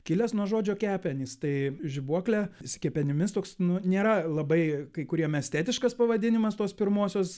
kilęs nuo žodžio kepenys tai žibuoklė su kepenimis toks nu nėra labai kai kuriem estetiškas pavadinimas tos pirmosios